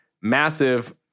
massive